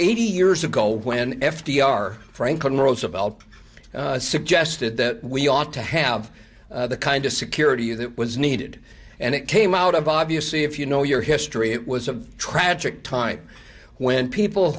eighty years ago when f d r franklin roosevelt suggested that we ought to have the kind of security that was needed and it came out of obviously if you know your history it was a tragic time when people